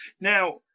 Now